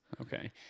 Okay